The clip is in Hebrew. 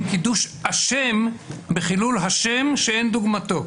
קידוש השם בחילול השם שאין דוגמתו.